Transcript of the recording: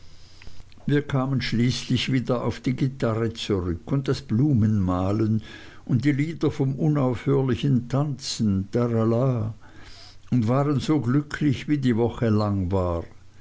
wir kamen schließlich wieder auf die gitarre zurück und das blumenmalen und die lieder vom unaufhörlichen tanzen tarala und waren so glücklich wie die woche lang war